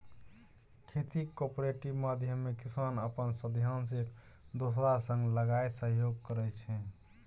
खेतीक कॉपरेटिव माध्यमे किसान अपन साधंश एक दोसरा संग लगाए सहयोग करै छै